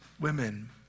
women